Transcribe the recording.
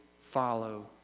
follow